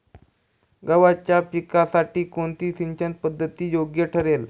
गव्हाच्या पिकासाठी कोणती सिंचन पद्धत योग्य ठरेल?